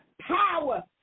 power